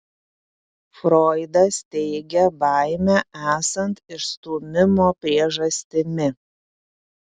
froidas teigia baimę esant išstūmimo priežastimi